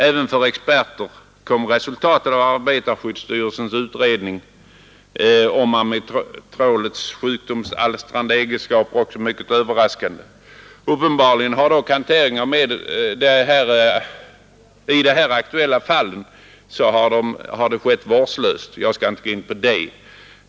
Även för experterna kom resultatet av arbetarskyddsstyrelsens utredning om amitrolets sjukdomsalstrande egenskaper mycket överraskande. Uppenbarligen har dock hanteringen av medlet i de här aktuella fallen varit vårdslös. Jag skall emellertid inte gå in på det.